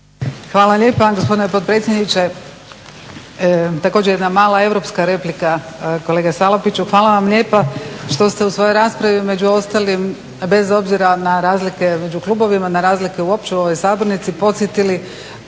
Hvala lijepa gospodine potpredsjedniče. Također jedna mala europska replika. Kolega Salapiću hvala vam lijepa što ste u svojoj raspravi među ostalim bez obzira na razlike među klubovima, na razlike uopće u ovoj sabornici podsjetili